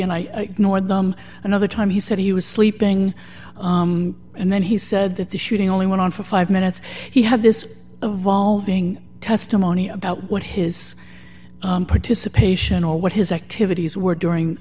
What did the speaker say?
and i nor them another time he said he was sleeping and then he said that the shooting only went on for five minutes he had this a valving testimony about what his participation or what his activities were during